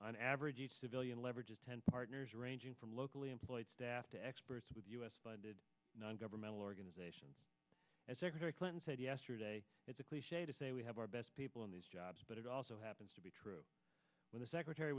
on average civilian leverage of ten partners ranging from locally employed staff to experts with us non governmental organisations as secretary clinton said yesterday it's a cliche to say we have our best people in these jobs but it also happens to be true when the secretary